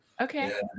Okay